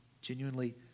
genuinely